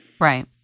Right